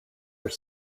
are